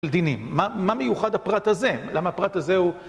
לדינים. מה מיוחד הפרט הזה? למה הפרט הזה הוא...